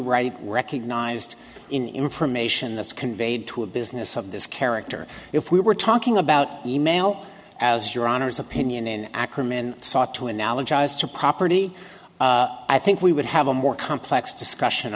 right recognized in information that's conveyed to a business of this character if we were talking about email as your honour's opinion in ackerman sought to analogize to property i think we would have a more complex discussion